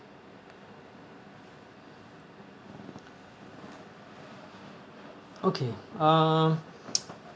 okay uh